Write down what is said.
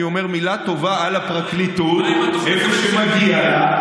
אני אומר מילה טובה על הפרקליטות איפה שמגיע לה.